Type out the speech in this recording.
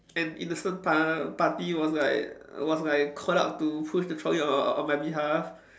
an innocent par~ party was like was like called out to push the trolley on on on my behalf